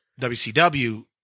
WCW